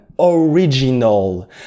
original